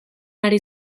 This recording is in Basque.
ari